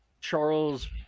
charles